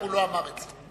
רק הוא לא אמר את זה.